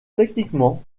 techniquement